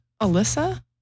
Alyssa